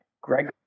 Greg